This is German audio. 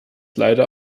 leider